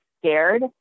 scared